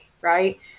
Right